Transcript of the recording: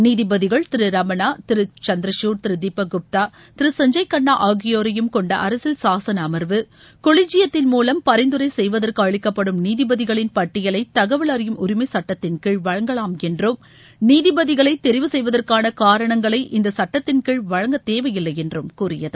நீதிபதிகள் திரு ரமணா திரு சந்திரசூட் திரு தீபக் குப்தா திரு சஞ்சய் கண்ணா ஆகியோரையும் கொண்ட அரசியல் சாசன அமர்வு கொலிஜியத்தின் மூலம் பரிந்துரை செய்வதற்கு அளிக்கப்படும் நீதிபதிகளின் பட்டியலை தகவல் அறியும் உரிமைச்சட்டத்தின்கீழ் வழங்கலாம் என்றும் நீதிபதிகளை தெரிவு செய்வதற்கானகாரணங்களை இந்த சுட்டத்தின்கீழ் வழங்க தேவையில்லை என்றும் கூறியது